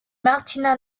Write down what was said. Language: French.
martina